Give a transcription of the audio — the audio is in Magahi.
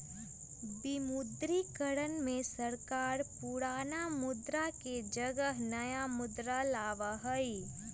विमुद्रीकरण में सरकार पुराना मुद्रा के जगह नया मुद्रा लाबा हई